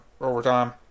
overtime